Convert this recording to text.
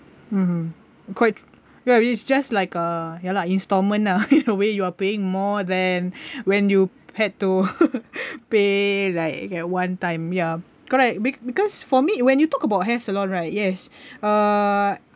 mm quite ya it's just like a ya lah instalment ah in a way you are paying more than when you had to pay like at one time ya correct because for me when you talk about hair salon right yes uh